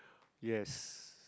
yes